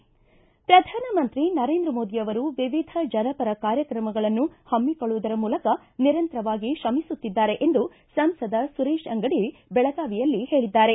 ಪ್ರಧಾನಮಂತ್ರಿ ನರೇಂದ್ರ ಮೋದಿ ಅವರು ವಿವಿಧ ಜನಪರ ಕಾರ್ಯಕ್ರಮಗಳನ್ನು ಪಮ್ಸಿಕೊಳ್ಳುವುದರ ಮೂಲಕ ನಿರಂತರವಾಗಿ ಶ್ರಮಿಸುತ್ತಿದ್ದಾರೆ ಎಂದು ಸಂಸದ ಸುರೇಶ ಅಂಗಡಿ ಬೆಳಗಾವಿಯಲ್ಲಿ ಹೇಳಿದ್ದಾರೆ